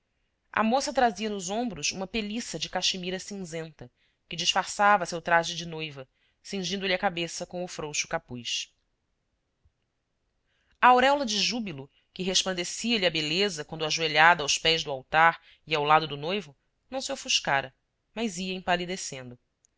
a moça trazia nos ombros uma peliça de caxemira cinzenta que disfarçava seu traje de noiva cingindo lhe a cabeça com o frouxo capuz a auréola de júbilo que resplandecia lhe a beleza quando ajoelhada aos pés do altar e ao lado do noivo não se ofuscara mas ia empalidecendo